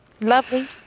Lovely